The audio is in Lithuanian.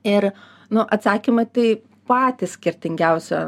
ir nu atsakymą tai patys skirtingiausio